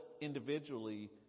individually